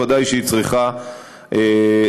ודאי שהיא צריכה להיחקר.